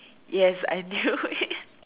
yes I knew it